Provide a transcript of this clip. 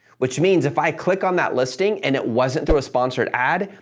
which means if i click on that listing and it wasn't through a sponsored ad,